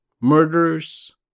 murders